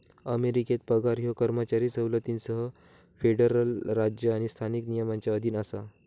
अमेरिकेत पगार ह्यो कर्मचारी सवलतींसह फेडरल राज्य आणि स्थानिक नियमांच्या अधीन असा